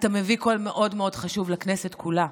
אתה מביא קול מאוד מאוד חשוב לכנסת כולה.